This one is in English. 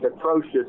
atrocious